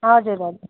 हजुर हजुर